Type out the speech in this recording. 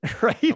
right